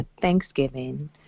thanksgiving